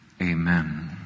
Amen